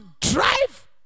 drive